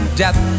death